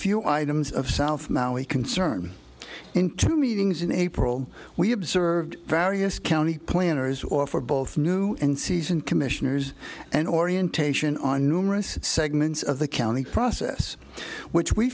few items of south maui concern into meetings in april we observed various county planners or for both new and seasoned commissioners and orientation on numerous segments of the county process which we